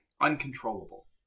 uncontrollable